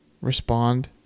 respond